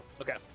okay